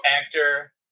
actor